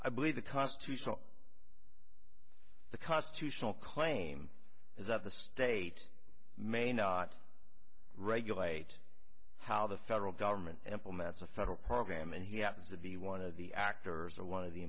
i believe the constitutional the constitutional claim is that the state may not regulate how the federal government implements a federal program and he happens to be one of the actors or one of the